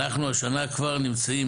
אנחנו השנה כבר נמצאים,